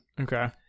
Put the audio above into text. Okay